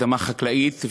אדמה חקלאית,